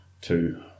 two